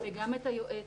וגם את היועצת,